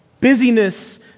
Busyness